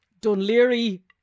Dunleary